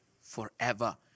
Forever